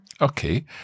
Okay